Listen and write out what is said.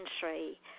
country